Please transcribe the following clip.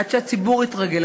עד שהציבור יתרגל,